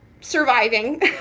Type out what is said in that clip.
surviving